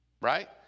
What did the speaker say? Right